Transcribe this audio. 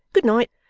good night